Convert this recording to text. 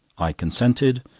i consented,